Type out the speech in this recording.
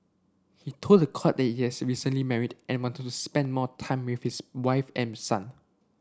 he told the court that he recently married and wanted to spend more time with his wife and son